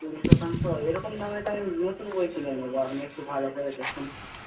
কুড়ি শতাংশ এরকম দামে তো আমি নতুন বই কিনে নেব আপনি একটু ভালো করে দেখুন